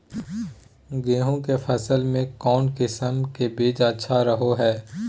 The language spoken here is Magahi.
गेहूँ के फसल में कौन किसम के बीज अच्छा रहो हय?